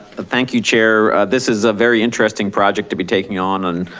thank you, chair. this is a very interesting project to be taking on.